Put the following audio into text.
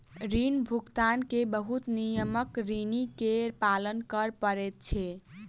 ऋण भुगतान के बहुत नियमक ऋणी के पालन कर पड़ैत छै